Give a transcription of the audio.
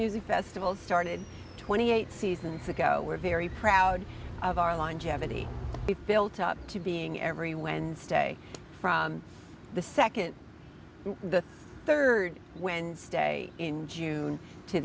music festival started twenty eight seasons ago we're very proud of our longevity it built up to being every wednesday from the second the third wednesday in june to